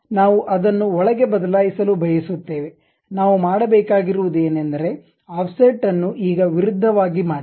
ನಾವು ಅದನ್ನು ಒಳಗೆ ಬದಲಾಯಿಸಲು ಬಯಸುತ್ತೇವೆ ನಾವು ಮಾಡಬೇಕಾಗಿರುವುದು ಏನೆಂದರೆ ಆಫ್ಸೆಟ್ ಅನ್ನು ಈಗ ವಿರುಧ್ಢವಾಗಿ ಮಾಡಿ